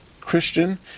Christian